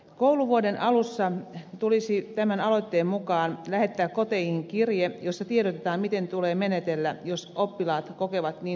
kouluvuoden alussa tämän aloitteen mukaan koulu lähettää koteihin kirjeen jossa tiedotetaan miten tulee menetellä jos oppilaat kokevat niin sanottu